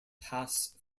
pass